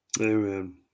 Amen